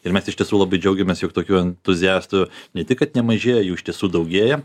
ir mes iš tiesų labai džiaugiamės jog tokių entuziastų ne tik kad nemažėja jų iš tiesų daugėja